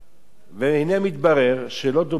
והנה מתברר שלא דובים ולא יער.